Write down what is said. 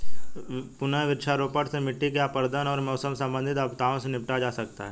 पुनः वृक्षारोपण से मिट्टी के अपरदन एवं मौसम संबंधित आपदाओं से निपटा जा सकता है